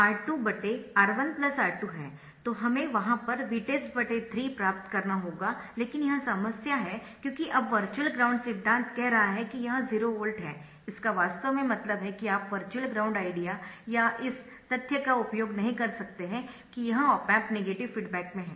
तो हमें वहाँ पर Vtest 3 प्राप्त करना होगा लेकिन यह समस्या है क्योंकि अब वर्चुअल ग्राउंड सिद्धांत कह रहा है कि यह 0 वोल्ट है इसका वास्तव में मतलब है कि आप वर्चुअल ग्राउंड आइडिया या इस तथ्य का उपयोग नहीं कर सकते है कि यह ऑप एम्प नेगेटिव फीडबैक में है